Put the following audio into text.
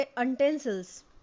utensils